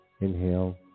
Inhale